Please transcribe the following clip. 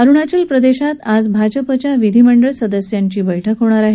अरुणाचल प्रदेशात आज भाजपच्या विधीमंडळ सदस्यांची बैठक आज होणार आहे